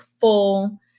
full